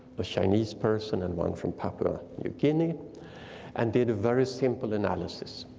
a chinese person, and one from papua new guinea and did a very simple analysis.